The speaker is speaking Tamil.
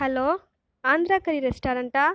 ஹலோ ஆந்திரா கறி ரெஸ்டாரண்ட்டா